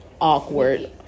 awkward